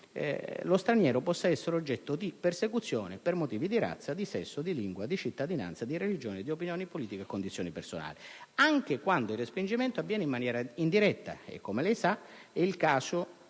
lo straniero possa essere oggetto di persecuzione per motivi di razza, di sesso, di lingua, di cittadinanza, di religione, di opinioni politiche e condizioni personali, anche quando il respingimento avviene in maniera indiretta. Come lei sa, è questa